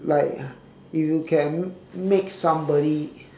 like if you can make somebody